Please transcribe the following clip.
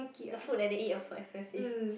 the food that they eat are so expensive